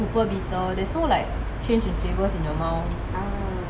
or like super bitter there's no like change in flavours in your mouth